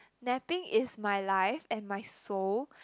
napping is my life and my soul